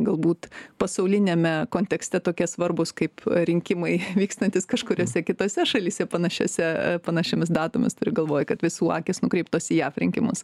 galbūt pasauliniame kontekste tokie svarbūs kaip rinkimai vykstantys kažkuriose kitose šalyse panašiose panašiomis datomis turiu galvoj kad visų akys nukreiptos į jav rinkimus